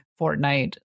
fortnite